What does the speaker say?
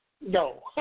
No